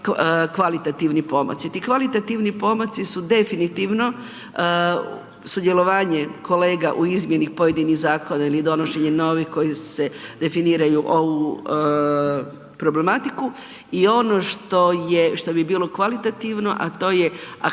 kvalitativni pomaci, ti kvalitativni pomaci su definitivno sudjelovanje kolega u izmjeni pojedinih zakona ili donošenje novih koji se definiraju ovu problematiku i ono što je, što bi bilo kvalitativno, a to je aktivnije